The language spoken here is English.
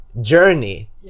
journey